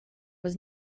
was